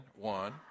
one